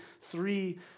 three